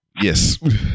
Yes